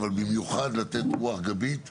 אבל במיוחד לתת רוח גבית ומדיניות.